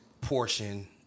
portion